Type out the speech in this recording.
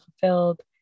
fulfilled